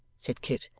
said kit,